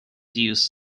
use